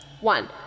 One